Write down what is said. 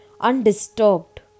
undisturbed